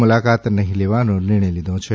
મુલાકાત નહીં લેવાનો નિર્ણય લીધો છે